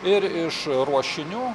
ir iš ruošinių